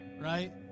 right